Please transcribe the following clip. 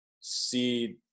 see